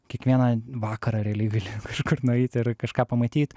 kiekvieną vakarą realiai gali kažkur nueit ir kažką pamatyt